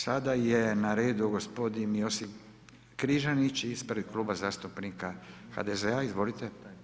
Sada je na redu gospodin Josip Križanić ispred Kluba zastupnika HDZ-a, izvolite.